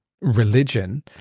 religion